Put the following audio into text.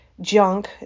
junk